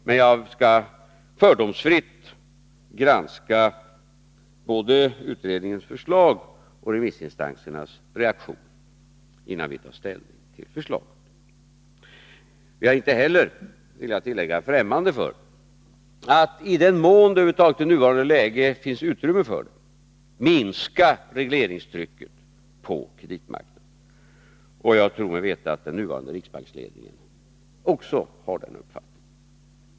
Men jag skall fördomsfritt granska både utredningens förslag och remissinstansernas reaktioner innan vi tar ställning till förslaget. Jag är inte heller, vill jag tillägga, ffrämmande för att, i den mån det över huvud taget i nuvarande läge finns utrymme för det, minska regleringstrycket på kreditmarknaden. Jag tror mig veta att den nuvarande riksbanksledningen också har den uppfattningen.